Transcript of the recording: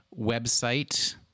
website